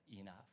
enough